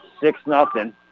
six-nothing